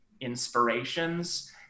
inspirations